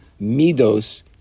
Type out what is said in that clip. midos